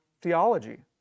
theology